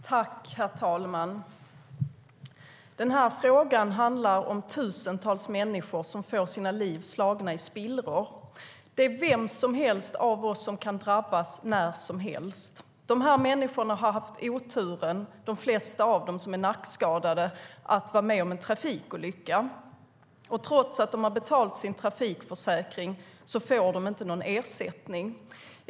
Herr talman! Frågan handlar om tusentals människor som får sina liv slagna i spillror. Vem som helst av oss kan drabbas när som helst. De flesta av de människor som är nackskadade har haft oturen att vara med om en trafikolycka. Trots att de har betalat sin trafikförsäkring får de inte någon ersättning.